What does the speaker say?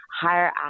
higher